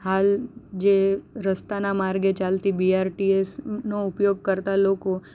હાલ જે રસ્તાના માર્ગે ચાલતી બીઆરટીએસ નો ઉપયોગ કરતાં લોકો